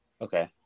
okay